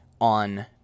on